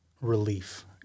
relief